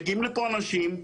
מגיעים לפה אנשים,